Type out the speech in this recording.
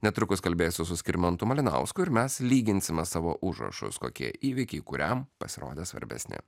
netrukus kalbėsiu su skirmantu malinausku ir mes lyginsime savo užrašus kokie įvykiai kuriam pasirodė svarbesni